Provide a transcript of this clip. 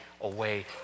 away